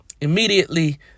Immediately